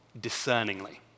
discerningly